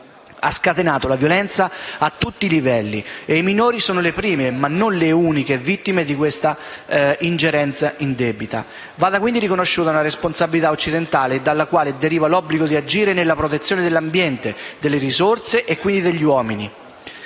ha scatenato la violenza a tutti i livelli e i minori sono le prime, ma non le uniche vittime di questa ingerenza indebita. Va quindi riconosciuta una responsabilità occidentale dalla quale deriva l'obbligo di agire nella protezione dell'ambiente, delle risorse e quindi degli uomini,